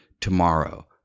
tomorrow